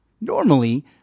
Normally